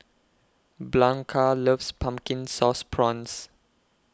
Blanca loves Pumpkin Sauce Prawns